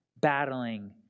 battling